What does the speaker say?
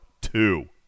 two